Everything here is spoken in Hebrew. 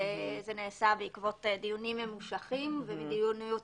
זה נעשה בעקבות דיונים ממושכים ומדיניות